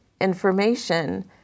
information